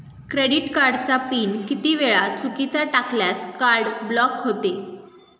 Credit कार्डचा PIN किती वेळा चुकीचा टाकल्यास कार्ड ब्लॉक होते?